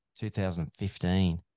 2015